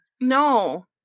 No